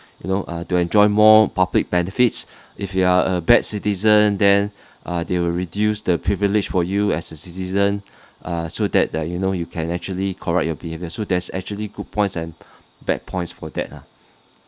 you know uh to enjoy more public benefits if you are a bad citizen then uh they will reduce the privilege for you as a citizen uh so that the you know you can actually correct your behavior so that's actually good points and bad points for that lah